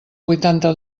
vuitanta